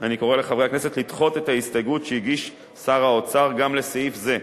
אני קורא לחברי הכנסת לדחות את ההסתייגות שהגיש שר האוצר גם לסעיף זה.